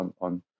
on